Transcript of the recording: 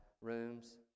rooms